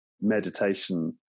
meditation